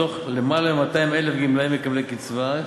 מתוך למעלה מ-200,000 גמלאים מקבלי קצבה,